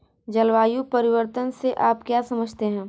जलवायु परिवर्तन से आप क्या समझते हैं?